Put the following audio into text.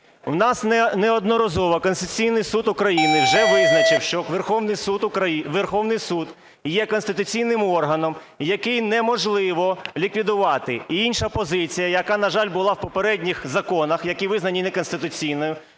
У нас неодноразово Конституційний Суд України вже визначив, що Верховний Суд є конституційним органом, який неможливо ліквідувати. Інша позиція, яка, на жаль, була в попередніх законах, які визнані неконституційними,